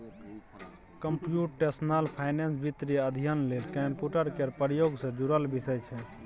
computational finance वित्तीय अध्ययन लेल कंप्यूटर केर प्रयोग सँ जुड़ल विषय छै